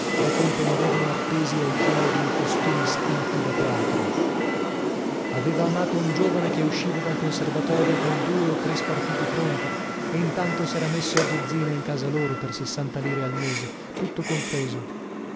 da cui pendevano appesi ai chiodi i costumi stinti da teatro aveva amato un giovane che usciva dal conservatorio con due o tre spartiti pronti e intanto sera messo a dozzina in casa loro per sessanta lire al mese tutto compreso